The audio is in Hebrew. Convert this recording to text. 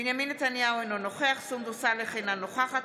בנימין נתניהו, אינו נוכח סונדוס סאלח, אינה נוכחת